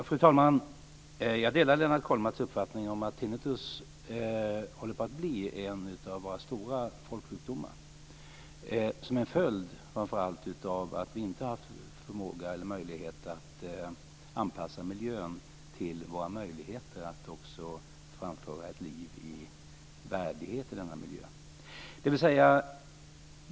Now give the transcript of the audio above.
Fru talman! Jag delar Lennart Kollmats uppfattning om att tinnitus håller på att bli en av våra stora folksjukdomar - framför allt som en följd av att vi inte har haft förmåga eller möjlighet att anpassa miljön till våra möjligheter att framföra ett liv i värdighet i denna miljö.